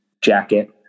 jacket